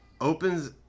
opens